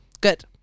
Good